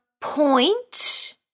point